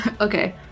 Okay